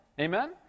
Amen